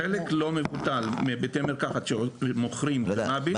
חלק לא מבוטל מבתי המרקחת שמוכרים קנביס